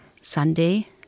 Sunday